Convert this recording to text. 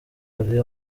hari